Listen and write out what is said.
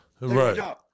right